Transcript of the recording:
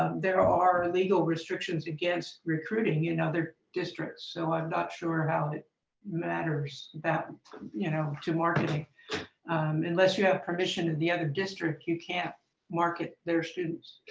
there are legal restrictions against recruiting in other districts, so i'm not sure how and it matters, you know, to marketing unless you have permission in the other district you can't market their students.